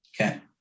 Okay